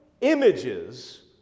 images